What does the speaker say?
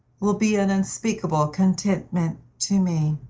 will be an unspeakable contentment to me.